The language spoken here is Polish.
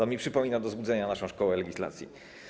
To mi przypomina do złudzenia naszą szkołę legislacji.